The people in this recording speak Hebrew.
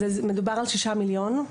מדובר על 6 מיליון,